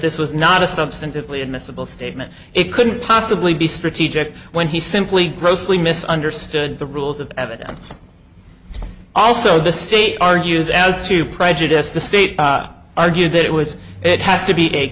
this was not a substantively admissible statement it couldn't possibly be strategic when he simply grossly misunderstood the rules of evidence also the state argues as to prejudice the state argued that it was it has to be a